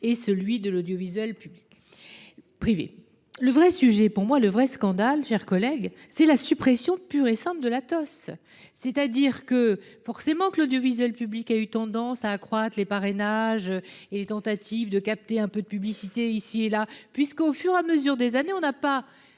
et celui de l'audiovisuel public. Privé. Le vrai sujet pour moi, le vrai scandale, chers collègues, c'est la suppression pure et simple de la TOS, c'est-à-dire que, forcément, que l'audiovisuel public a eu tendance à accroître les parrainages et les tentatives de capter un peu de publicité ici et là, puisqu'au fur et à mesure des années, on n'a pas